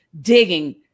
digging